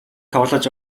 тоглож